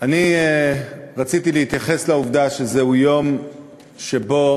אני רציתי להתייחס לעובדה שזהו יום שבו